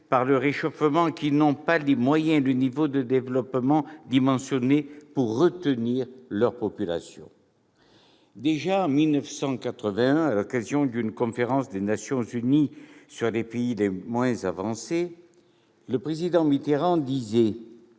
par le réchauffement qui n'ont pas les moyens ni le niveau de développement suffisant pour retenir leurs populations. Déjà, en 1981, à Paris, à l'occasion d'une conférence des Nations unies sur les pays les moins avancés, le président François Mitterrand disait